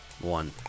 one